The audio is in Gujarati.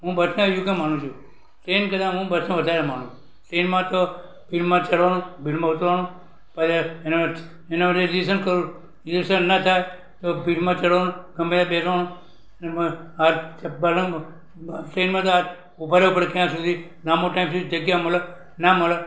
હું બસને યોગ્ય માનું છું ટ્રેન કરતાં હું બસમાં વધારે માનું ટ્રેનમાં તો ભીડમાં ચઢવાનું ભીડમાં ઉતરવાનું પાછા એના એના માટે જે રિઝવેસન કરવું રિઝવેસન ના થાય તો ભીડમાં ચઢવાનું ગમે ત્યાં બેસવાનું હોય ટ્રેનમાં હાથ બહાર રાખવો ટ્રેનમાં તો હાથ ઊભા રહેવું પડે ત્યાં સુધી લાંબો ટાઈમ સુધી જગ્યા મળે ના મલે